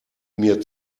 mir